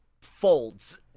folds